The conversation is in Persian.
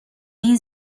این